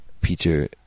Peter